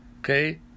okay